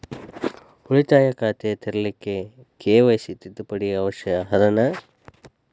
ಉಳಿತಾಯ ಖಾತೆ ತೆರಿಲಿಕ್ಕೆ ಕೆ.ವೈ.ಸಿ ತಿದ್ದುಪಡಿ ಅವಶ್ಯ ಅದನಾ?